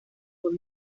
por